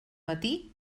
matí